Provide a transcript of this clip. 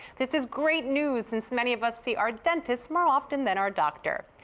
this is great news since many of us see our dentists more often than our doctor.